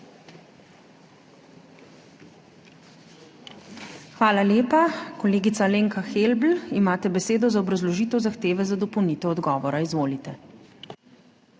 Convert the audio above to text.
da bo kolegica podala besedo. Imate besedo za obrazložitev zahteve za dopolnitev odgovora. Izvolite.